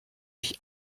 ich